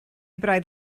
braidd